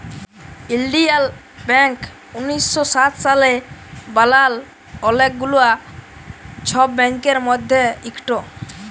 ইলডিয়াল ব্যাংক উনিশ শ সাত সালে বালাল অলেক গুলা ছব ব্যাংকের মধ্যে ইকট